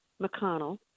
McConnell